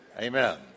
Amen